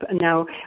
Now